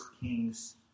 Kings